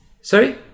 sorry